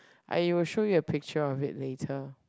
I will show you a picture of it later